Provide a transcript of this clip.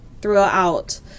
throughout